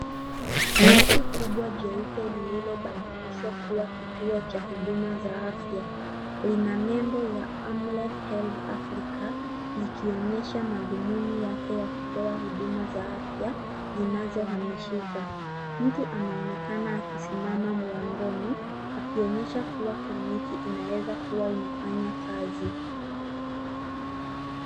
Basi kubwa jeupe lililobadilishwa kuwa kituo cha huduma za afya, lina nembo za Amref Health Africa, zikionyesha madhumuni yake ya kutoa huduma za afya, zinazohamishika. Mtu anaonekana akisimama mlangoni, akionyesha kuwa kliniki inaweza kuwa inafanya kazi.